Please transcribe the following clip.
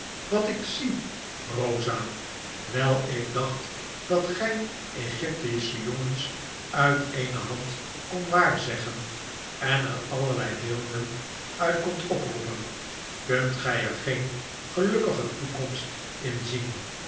wat ik zie rosa wel ik dacht dat gy egyptische jongens uit eene hand kondt waarzeggen en er allerlei beelden uit kondt oproepen kunt gy er geen gelukkige toekomst in zien